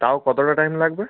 তাও কতটা টাইম লাগবে